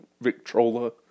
Victrola